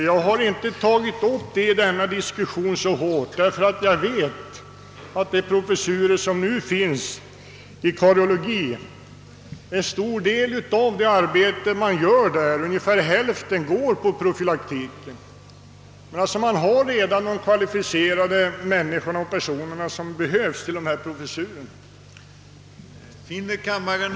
Jag har inte berört dessa professurer i diskussionen, emedan jag vet att en del av det arbete — ungefär hälften -— som nu uträttas inom karieologien omfattar profylaktik. Vi har de kvalificerade personer som behövs till dessa professurer.